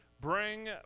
bring